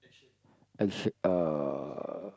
I should uh